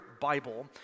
Bible